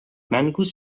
mängus